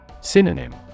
Synonym